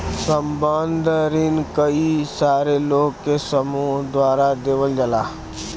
संबंद्ध रिन कई सारे लोग के समूह द्वारा देवल जाला